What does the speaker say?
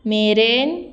मेरेन